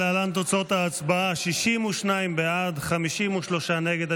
ולהלן תוצאות ההצבעה: 62 בעד, 53 נגד.